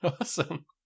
Awesome